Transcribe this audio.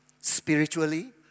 spiritually